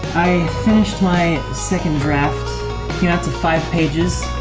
i finished my second draft came out to five pages